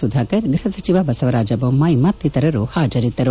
ಸುಧಾಕರ್ ಗೃಹ ಸಚಿವ ಬಸವರಾಜ ಬೊಮ್ಮಾಯಿ ಮತ್ತಿತರರು ಹಾಜರಿದ್ದರು